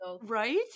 right